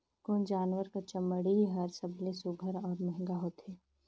कोन जानवर कर चमड़ी हर सबले सुघ्घर और महंगा होथे?